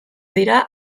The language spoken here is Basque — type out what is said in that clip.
dira